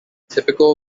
typical